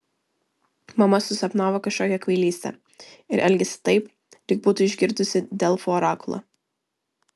mama susapnavo kažkokią kvailystę ir elgiasi taip lyg būtų išgirdusi delfų orakulą